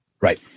Right